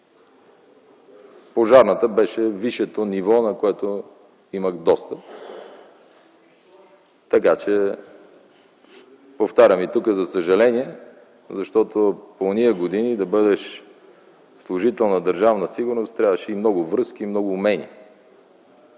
Пожарната беше висшето ниво, до което имах достъп. Така че повтарям и тук за съжаление, защото в ония години за да бъдеш служител на Държавна сигурност трябваха и много връзки, и много умения.